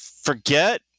forget